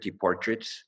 portraits